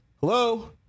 hello